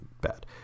bad